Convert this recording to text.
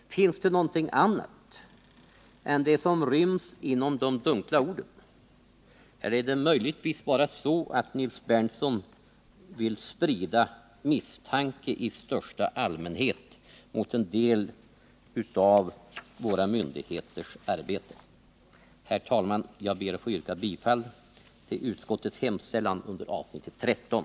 Vill han någonting annat än vad som ryms i de dunkla orden? Eller vill Nils Berndtson bara sprida misstankar i största allmänhet mot en del av våra myndigheters arbete? Herr talman! Jag ber att få yrka bifall till utskottets skrivning under avsnittet 13.